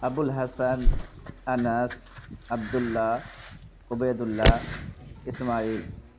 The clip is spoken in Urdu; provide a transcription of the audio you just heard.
ابوالحسن انس عبداللہ عبیداللہ اسماعیل